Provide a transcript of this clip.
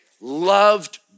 loved